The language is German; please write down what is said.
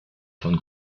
von